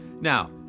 Now